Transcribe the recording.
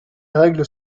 règles